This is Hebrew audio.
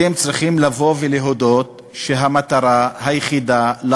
אתם צריכים לבוא ולהודות שהמטרה היחידה של